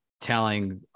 telling